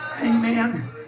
Amen